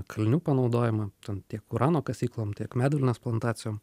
kalinių panaudojimą ten tiek urano kasyklom tiek medvilnės plantacijom